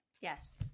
Yes